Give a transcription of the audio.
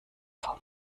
vom